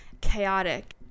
chaotic